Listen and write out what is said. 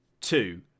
two